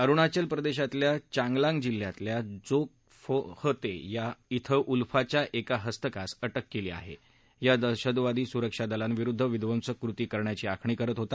अरुणाचल प्रदक्षातील चांगलांग जिल्ह्यातील जोंगफोहत िथं उल्फाच्या एका हस्तकास अटक कलौ आहा हा दहशतवादी सुरक्षा दलांविरुद्ध विध्वंसक कृती करण्याची आखणी करत होता